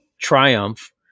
Triumph